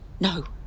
No